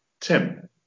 Tim